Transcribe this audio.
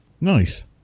Nice